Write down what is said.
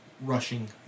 rushing